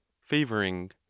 favoring